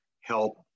help